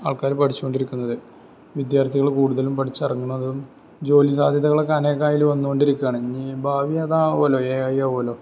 ആൾക്കാർ പഠിച്ചു കൊണ്ടിരിക്കുന്നത് വിദ്യാർഥികൾ കൂടുതലും പഠിച്ച് ഇറങ്ങുന്നതും ജോലി സാധ്യതകളൊക്കെ അനേക്കായില് വന്നു കൊ ണ്ടിരിക്കുകയാണ് ഇനി ഭാവി അതാവുമല്ലോ ഏഐ ആവുമല്ലോ